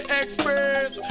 express